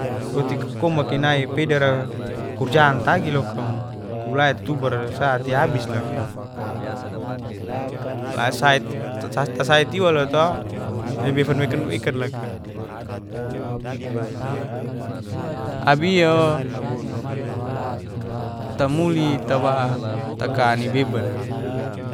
Roti ku komaki nai pedara kurjang tagi loka mo kurait tubara sa'ti abis laka. lasat tasait iwa loa to le befan fekan weakan laka. Abiao tamuli tawa taka ni babana.